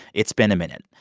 it's been a minute.